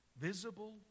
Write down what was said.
visible